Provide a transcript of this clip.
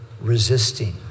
resisting